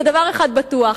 ודבר אחד בטוח,